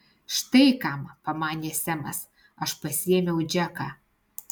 štai kam pamanė semas aš pasiėmiau džeką